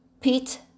Pete